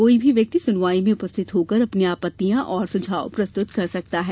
कोई भी व्यक्ति सुनवाई में उपस्थित होकर अपनी आपत्तियां अथवा सुझाव प्रस्त्रत कर सकता है